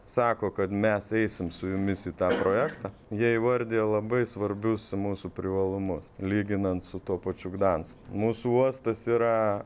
sako kad mes eisim su jumis į tą projektą jie įvardijo labai svarbius mūsų privalumus lyginant su tuo pačiu gdansku mūsų uostas yra